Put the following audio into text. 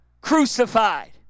crucified